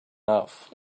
off